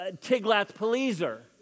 Tiglath-Pileser